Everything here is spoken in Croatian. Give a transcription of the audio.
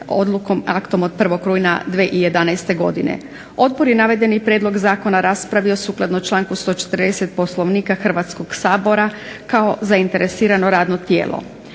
odlukom, aktom od 1. rujna 2011. godine. Odbor je navedeni prijedlog zakona raspravio sukladno članku 140. Poslovnika Hrvatskog sabora kao zainteresirano radno tijelo.